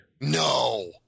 No